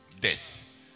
death